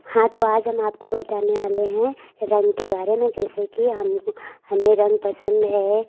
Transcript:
हाँ तो आज हम आपको बताने वाले हैं रंग के बारे में जैसे कि हम हमें रंग पसंद है